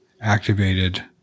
activated